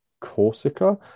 Corsica